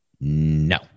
No